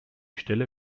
stelle